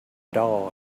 dog